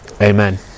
Amen